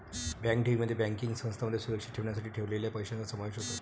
bank ठेवींमध्ये banking संस्थांमध्ये सुरक्षित ठेवण्यासाठी ठेवलेल्या पैशांचा समावेश होतो